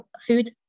food